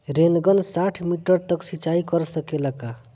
Rain gun साठ metre तक सिचाई कर सकेला का?